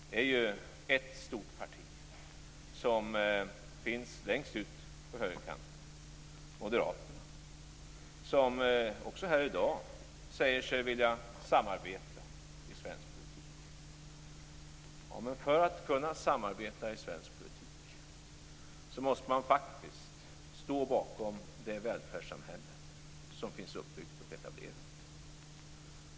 Det är ju ett stort parti som finns längst ut på högerkanten, Moderaterna, som också här i dag säger sig vilja samarbeta i svensk politik. Men för att kunna samarbeta i svensk politik måste man faktiskt stå bakom det välfärdssamhälle som finns uppbyggt och etablerat.